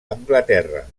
anglaterra